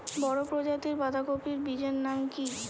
বড় প্রজাতীর বাঁধাকপির বীজের নাম কি?